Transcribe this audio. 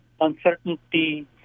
uncertainty